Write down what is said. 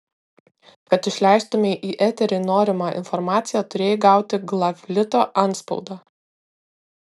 kad išleistumei į eterį norimą informaciją turėjai gauti glavlito antspaudą